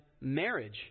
marriage